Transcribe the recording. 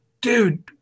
dude